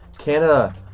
Canada